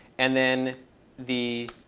and then the